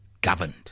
governed